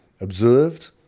observed